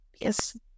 yes